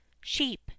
sheep